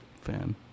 fan